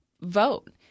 vote